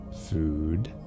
Food